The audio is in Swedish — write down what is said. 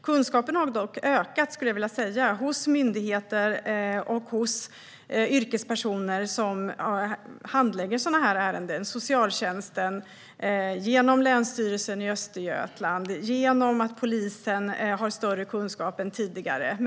Jag skulle dock vilja säga att kunskapen har ökat hos myndigheter och hos yrkespersoner som handlägger sådana här ärenden, till exempel socialtjänsten, genom länsstyrelsen i Östergötland och genom att polisen har större kunskap än tidigare.